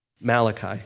Malachi